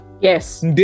yes